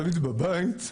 דוד בבית,